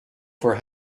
for